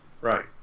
Right